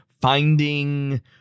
finding